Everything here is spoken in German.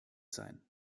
sein